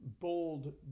bold